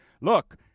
Look